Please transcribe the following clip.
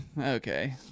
Okay